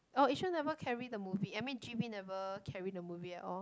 oh yishun never carry the movie I mean g_v never carry the movie at all